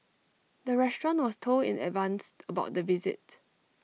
the restaurant was told in advance about the visit